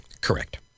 Correct